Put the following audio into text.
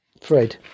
Fred